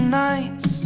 nights